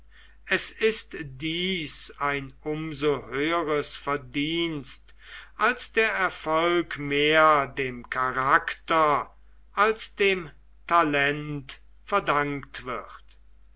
es ist dies ein um so höheres verdienst als der erfolg mehr dem charakter als dem talent verdankt wird